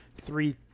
three